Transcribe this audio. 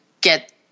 get